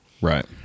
Right